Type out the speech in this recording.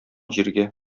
җиргә